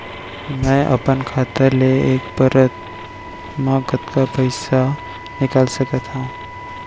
मैं अपन खाता ले एक पइत मा कतका पइसा निकाल सकत हव?